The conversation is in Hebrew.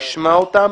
ישמע אותם